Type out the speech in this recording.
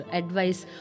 advice